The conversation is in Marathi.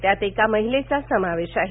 यात एका महिलेचा समावेश आहे